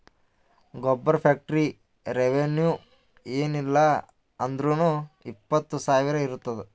ಗೊಬ್ಬರ factory revenue ಏನ್ ಇಲ್ಲ ಅಂದುರ್ನೂ ಇಪ್ಪತ್ತ್ ಸಾವಿರ ಇರ್ತುದ್